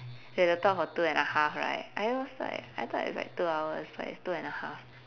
we have to talk for two and a half right I was like I thought it's like two hours but it's two and a half